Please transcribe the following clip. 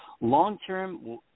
Long-term